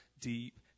deep